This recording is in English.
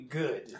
good